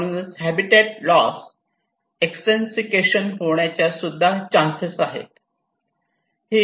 म्हणूनच habitat loss extinction होण्याची सुद्धा चान्सेस आहेत